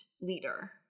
leader